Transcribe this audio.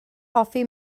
hoffi